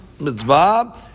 mitzvah